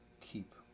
keep